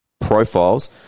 profiles